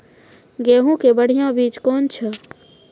गेहूँ के बढ़िया बीज कौन छ?